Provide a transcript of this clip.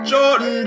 Jordan